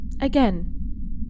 again